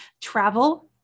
travel